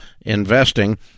investing